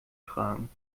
fragen